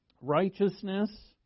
righteousness